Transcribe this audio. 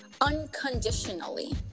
unconditionally